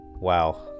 Wow